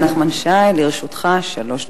לרשותך שלוש דקות.